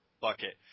bucket